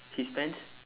his pants